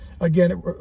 Again